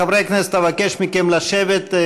חברי כנסת, אבקש מכם לשבת.